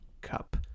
Cup